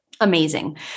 Amazing